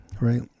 right